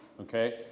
Okay